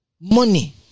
money